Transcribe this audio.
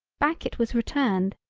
back it was returned,